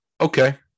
okay